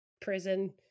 prison